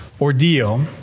ordeal